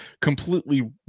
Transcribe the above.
completely